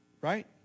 Right